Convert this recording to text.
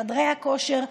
חדרי הכושר.